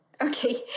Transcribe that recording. okay